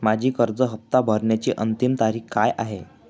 माझी कर्ज हफ्ता भरण्याची अंतिम तारीख काय आहे?